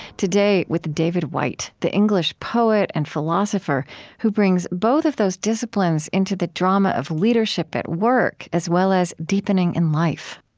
today with david whyte, the english poet and philosopher who brings both of those disciplines into the drama of leadership at work as well as deepening in life.